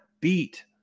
beat